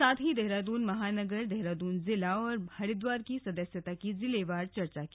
साथ ही देहरादून महानगर देहरादून जिला और हरिद्वार की सदस्यता की जिलेवार चर्चा की